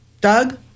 Doug